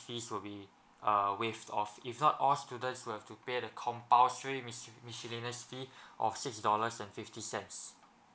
fees will be uh waived off if not all students will have to pay their compulsory miscellaneous fees of six dollars and fifty cents